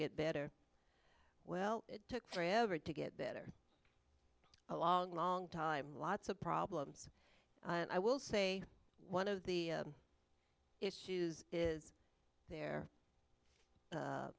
get better well it took forever to get better a long long time lots of problems and i will say one of the issues is there